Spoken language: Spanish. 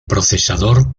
procesador